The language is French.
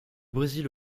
brésil